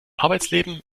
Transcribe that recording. arbeitsleben